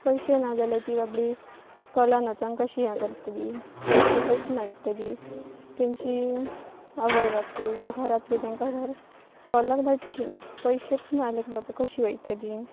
पयशे ना जाल्यार तीं बाबडीं इस्कॉलान वचांक कशीं हें करतलीं पयशे खंयसून हाडटलीं तेंची आवय बापूय वा घरांतली तेंकां घर इस्कॉलाक धाडचीं नात पयशेच ना जाल्यार बाबा कशीं वयतलीं